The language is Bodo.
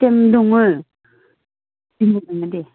ए टि एम दङ दङ दे